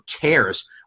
cares